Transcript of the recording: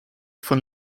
von